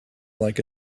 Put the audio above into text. like